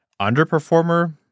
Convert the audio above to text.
Underperformer